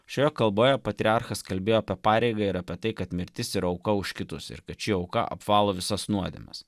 šioje kalboje patriarchas kalbėjo apie pareigą ir apie tai kad mirtis ir auka už kitus ir kad ši auka apvalo visas nuodėmes